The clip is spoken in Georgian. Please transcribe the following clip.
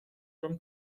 რომ